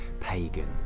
pagan